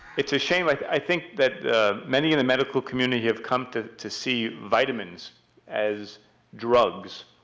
it's a shame, like i think that many in the medical community have come to to see vitamins as drugs.